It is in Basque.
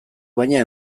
baina